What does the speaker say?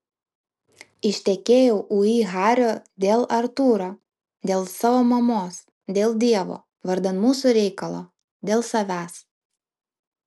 ištekėjau ui hario dėl artūro dėl savo mamos dėl dievo vardan mūsų reikalo dėl savęs